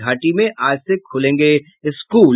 घाटी में आज से खुलेंगे स्कूल